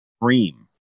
cream